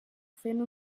fent